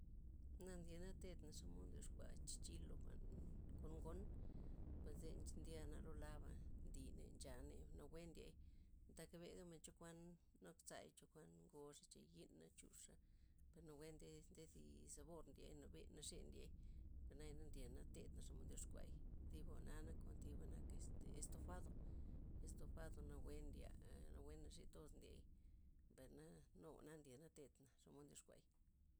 Naa ndyenna tedna' xomod ndyoxkua chichilo, jwa'n kon ngon, mbayze ndyana' loolaba' ndiney nchaney nawe ndiey, ntak begamen chokuan nakzay, chokuan ngoxa'cha yina', a chuxa', per nawe nde zi sabor nieny nabe naxe ndiey, per naya ndyenna tedna xomod ndyoxkuay, ziba jwa'na, nakon thiba nak este estofado, estofado nawe ndyea' nawe naxethoz ndiey perna nu jwa'na ndyena' thedna xomod ndoxkuay.